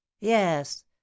yes